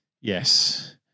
yes